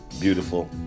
Beautiful